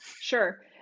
Sure